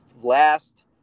last